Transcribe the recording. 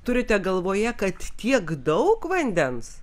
turite galvoje kad tiek daug vandens